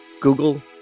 Google